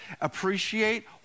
appreciate